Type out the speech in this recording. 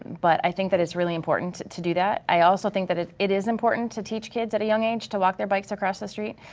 but i think that it's really important to do that. i also think that it is important to teach kids at a young age to walk their bikes across a street.